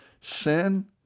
sin